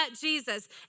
Jesus